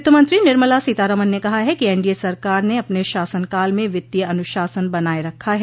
वित्तमंत्री निर्मला सीतारमन ने कहा है कि एनडीए सरकार ने अपने शासनकाल में वित्तीय अनुशासन बनाए रखा है